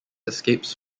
escapes